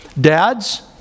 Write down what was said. Dads